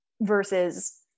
versus